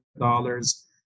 dollars